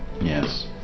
Yes